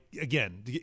again